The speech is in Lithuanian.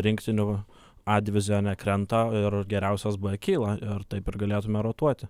rinktinių a divizione krenta ir geriausios b kyla ir taip ir galėtume rotuoti